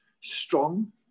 strong